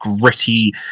gritty